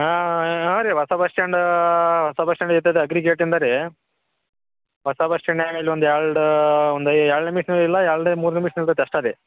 ಹಾಂ ಹಾಂ ರೀ ಹೊಸ ಬಸ್ ಸ್ಟಾಂಡ್ ಹೊಸ ಬಸ್ ಸ್ಟ್ಯಾಂಡ್ ಇರ್ತದ ಅಗ್ರಿ ಗೇಟಿಂದ ರೀ ಹೊಸ ಬಸ್ ಸ್ಟ್ಯಾಂಡ್ನಾಗ ಇಲ್ಲೊಂದು ಎರಡು ಒಂದು ಏಳು ನಿಮಿಷನು ಇಲ್ಲ ಎರಡು ಮೂರು ನಿಮಿಷ ನಿಲ್ತೈತಿ ಅಷ್ಟೆ ರೀ